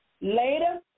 Later